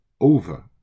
over